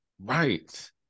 Right